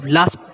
Last